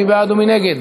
מי בעד ומי נגד?